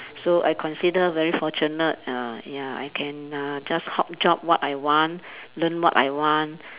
so I consider very fortunate uh ya I can uh just hop job what I want learn what I want